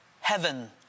heaven